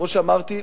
כמו שאמרתי,